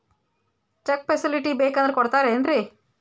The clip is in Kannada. ಚೆಕ್ ಫೆಸಿಲಿಟಿ ಬೇಕಂದ್ರ ಕೊಡ್ತಾರೇನ್ರಿ?